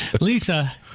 Lisa